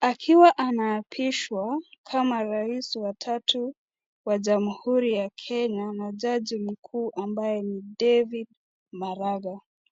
akiaw anapiswa kama rais wa tatu wa jamuhuri ya kenya na jaji mkuu ambaye David Maraga.